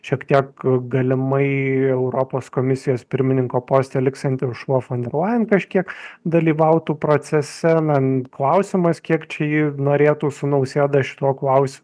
šiek tiek galimai europos komisijos pirmininko poste liksianti uršula fon der lajen kažkiek dalyvautų procese na klausimas kiek čia ji norėtų su nausėda šituo klausi